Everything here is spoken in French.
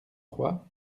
trois